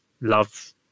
love